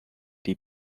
die